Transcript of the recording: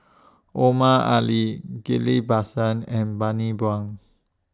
Omar Ali Ghillie BaSan and Bani Buang